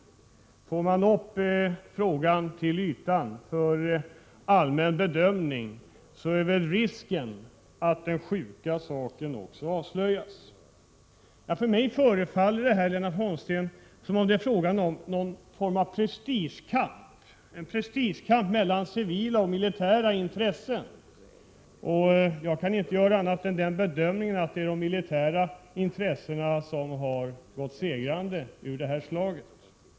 Får man upp frågan till ytan för allmän bedömning är väl risken att den sjuka saken också avslöjas. Mig förefaller det, Lennart Holmsten, som om det här är fråga om någon form av prestigekamp mellan civila och militära intressen. Jag kan inte göra någon annan bedömning än den att de militära intressena har gått segrande ur detta slag.